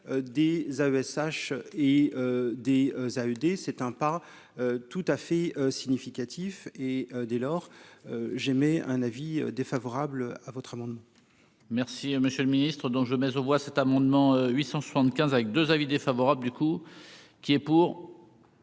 des AESH et des AUD, c'est un pas tout à fait significatif et dès lors j'émets un avis défavorable à votre amendement. Merci, Monsieur le Ministre, dont je mais aux voit cet amendement 875 avec 2 avis. Pour qui est pour,